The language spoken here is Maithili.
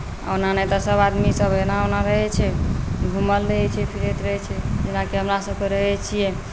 ओना नहि तऽ सभ आदमीसभ एना ओना रहै छै घुमैत रहै छै फिरैत रहै छै जेनाकि हमरासभके रहैत छियै